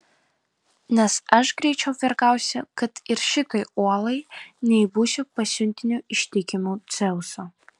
nes aš greičiau vergausiu kad ir šitai uolai nei būsiu pasiuntiniu ištikimu dzeuso